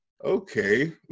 Okay